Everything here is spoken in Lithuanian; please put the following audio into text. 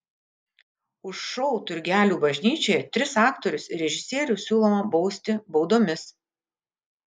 už šou turgelių bažnyčioje tris aktorius ir režisierių siūloma bausti baudomis